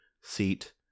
seat